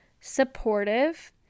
supportive